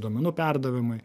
duomenų perdavimui